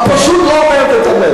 את פשוט לא אומרת את האמת.